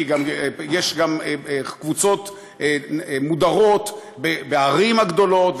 כי יש גם קבוצות מודרות בערים הגדולות,